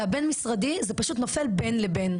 והבין-משרדי זה פשוט נופל בין לבין.